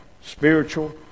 spiritual